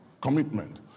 Commitment